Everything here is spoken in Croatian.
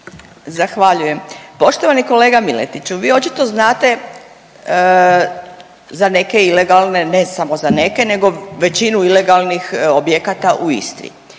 Zahvaljujem. Poštovani kolega Miletiću, vi očito znate za neke ilegalne, ne samo za neke nego većinu ilegalnih objekata u Istri.